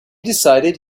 decided